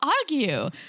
argue